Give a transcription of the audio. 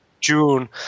June